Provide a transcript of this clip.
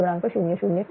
011 j0